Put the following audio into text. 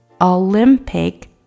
Olympic